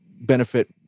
benefit